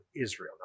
Israel